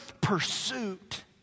pursuit